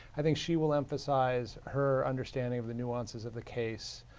i think she will emphasize her understanding of the nuances of the case.